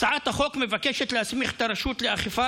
הצעת החוק מבקשת להסמיך את הרשות לאכיפה